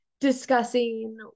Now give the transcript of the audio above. discussing